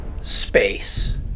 Space